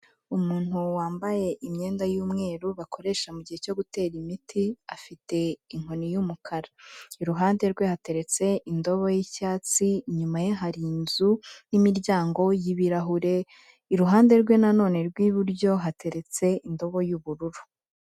Umuntu wambaye imyenda y'umweru bakoresha mu gihe cyo gutera imiti afite inkoni y'umukara, iruhande rwe hateretse indobo y'icyatsi, inyuma ye hari inzu n'imiryango y'ibirahure, iruhande rwe nanone rw'iburyo hateretse indobo y'ubururu.